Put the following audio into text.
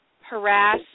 harass